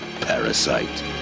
Parasite